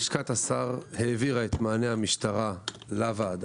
לשכת השר שלנו העבירה את מענה המשטרה לוועדה.